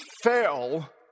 fail